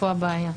פה הבעיה.